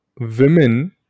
women